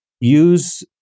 use